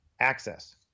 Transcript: access